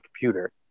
computer